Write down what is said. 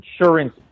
Insurance